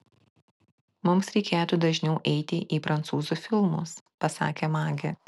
mums reikėtų dažniau eiti į prancūzų filmus pasakė magė